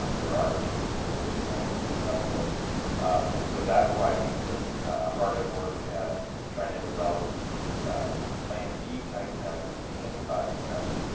um there are cases in which it might miss something and so, that's why we've been hard at work at trying to develop these plan b type tests, these antibody tests,